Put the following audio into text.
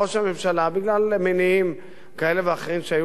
בגלל מניעים כאלה ואחרים שהיו לו כלפיך,